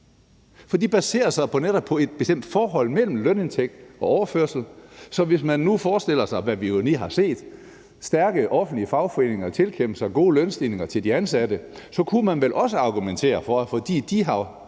for de baserer sig netop på et forhold mellem lønindtægt og overførsel. Så hvis man nu forestiller sig, hvad vi jo lige har set, stærke offentlige fagforeninger tilkæmpe sig gode lønstigninger til de ansatte, kunne man vel også argumentere for, at fordi de